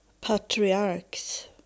patriarchs